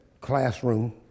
classroom